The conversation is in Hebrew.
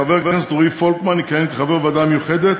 חבר הכנסת רועי פולקמן יכהן כחבר בוועדה המיוחדת